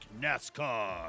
NASCAR